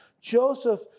Joseph